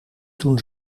toen